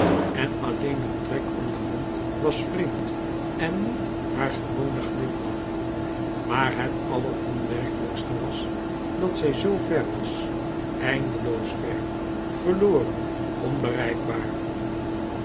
en alleen een trek om den mond was vreemd en niet haar gewone glimlach maar het alleronwerkelijkste was dat zij zoo ver was eindeloos ver verloren onbereikbaar